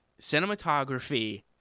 cinematography